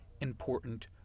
important